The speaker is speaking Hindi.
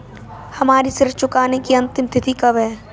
हमारी ऋण चुकाने की अंतिम तिथि कब है?